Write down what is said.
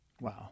wow